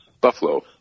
buffalo